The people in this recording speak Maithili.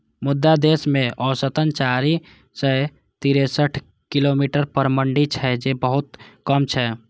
मुदा देश मे औसतन चारि सय तिरेसठ किलोमीटर पर मंडी छै, जे बहुत कम छै